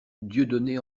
dieudonné